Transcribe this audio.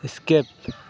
escape